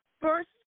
first